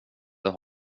det